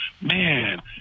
Man